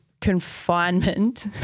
confinement